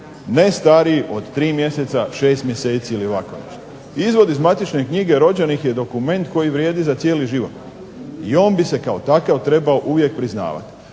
ne stariji od 3 mjeseca, 6 mjeseci ili ovako nešto. Izvod iz matične knjige rođenih je dokument koji vrijedi za cijeli život i on bi se kao takav trebao uvijek priznavati.